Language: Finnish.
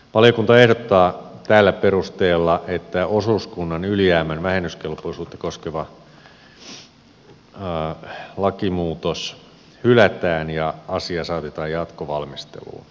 valiokunta ehdottaa tällä perusteella että osuuskunnan ylijäämän vähennyskelpoisuutta koskeva lakimuutos hylätään ja asia saatetaan jatkovalmisteluun